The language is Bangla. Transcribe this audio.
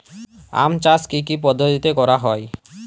আম চাষ কি কি পদ্ধতিতে করা হয়?